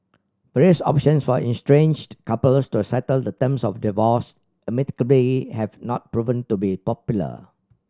various options for estranged couples to settle the terms of divorce amicably have not proven to be popular